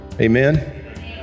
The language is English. Amen